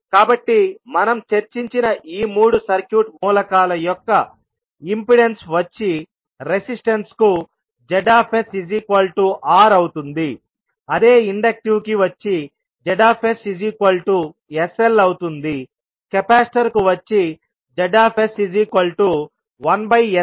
కాబట్టి మనం చర్చించిన ఈ మూడు సర్క్యూట్ మూలకాల యొక్క ఇంపెడెన్స్ వచ్చి రెసిస్టెన్స్ కు ZR అవుతుందిఅదే ఇండక్టివ్ కి వచ్చి ZsLఅవుతుందికెపాసిటర్ కు వచ్చి Z1sCఅవుతుంది